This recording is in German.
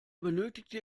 benötigte